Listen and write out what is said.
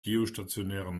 geostationären